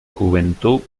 juventud